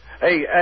Hey